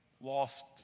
lost